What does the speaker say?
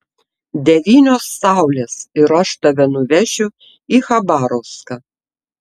devynios saulės ir aš tave nuvešiu į chabarovską